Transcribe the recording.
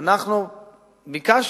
אנחנו ביקשנו,